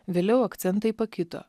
vėliau akcentai pakito